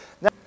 Now